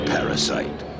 Parasite